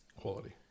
Quality